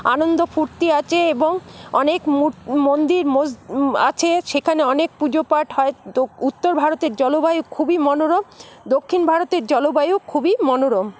আনন্দ ফূর্তি আছে এবং অনেক মুর মন্দির মসজিদ আছে সেখানে অনেক পুজোপাঠ হয় তো উত্তর ভারতের জলবায়ু খুবই মনোরম দক্ষিণ ভারতের জলবায়ু খুবই মনোরম